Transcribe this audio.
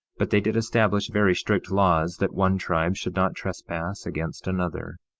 but they did establish very strict laws that one tribe should not trespass against another,